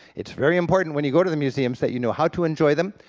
it's very important when you go to the museum's that you know how to enjoy them,